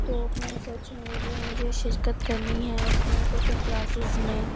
تو میں سوچوں گی کہ مجھے شرکت کرنی ہیں اس میں کوکنگ کلاسز میں